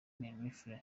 mehfira